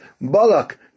Balak